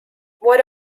what